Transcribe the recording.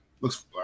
looks